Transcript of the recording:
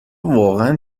واقعا